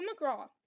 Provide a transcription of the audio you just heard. mcgraw